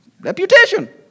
Reputation